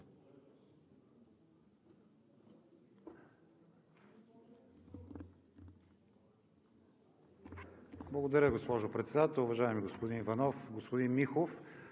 Благодаря, госпожо Председател. Уважаеми господин Иванов! Господин Михов,